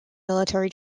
military